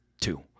Two